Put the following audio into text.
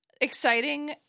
Exciting